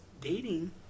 dating